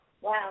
Wow